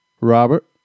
Robert